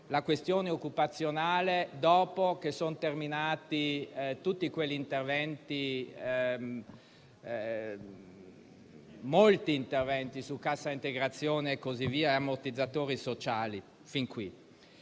la questione occupazionale, una volta terminati gli interventi su cassa integrazione e ammortizzatori sociali fin qui